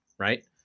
Right